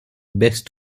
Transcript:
baisse